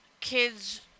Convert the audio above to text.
kids